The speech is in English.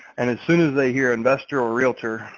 and as soon as they hear investor or realtor,